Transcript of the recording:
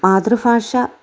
മാതൃഭാഷ